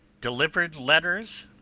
deliver'd letters,